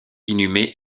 inhumé